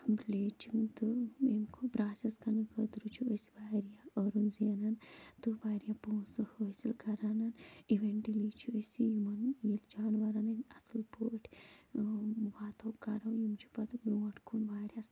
glitching تہٕ امیُک process کَرنہٕ خٲطرٕ چھِ أسۍ واریاہ ٲرٕن زیٚنان تہٕ واریاہ پۄنٛسہٕ حٲصِل کَران اِوینٛٹلی چھِ أسی یِمَن ییٚلہِ جانوارَن ہٕنٛدۍ اَصٕل پٲٹھۍ واتَو کَرَو یِم چھِ پَتہٕ برٛوٗنٛٹھ کُن واریاہَس